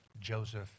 Joseph